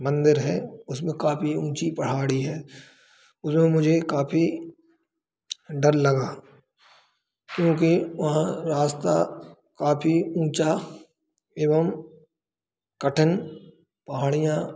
मंदिर है उसमें काफी ऊँची पहाड़ी है उसमें मुझे काफी डर लगा क्योंकि वहाँ रास्ता काफी ऊँचा एवं कठिन पहाड़ियाँ